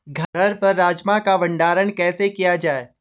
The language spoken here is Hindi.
घर पर राजमा का भण्डारण कैसे किया जाय?